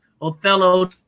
othello